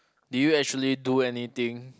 do you actually do anything